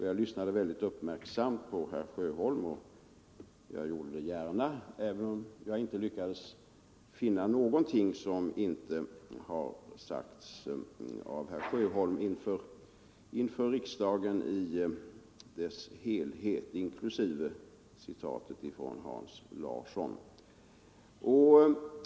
Jag lyssnade väldigt uppmärksamt på herr Sjöholm och jag gjorde det gärna även om jag inte lyckades finna någonting som inte har sagts av herr Sjöholm inför riksdagen i dess helhet inklusive citatet från Hans Larsson.